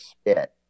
spit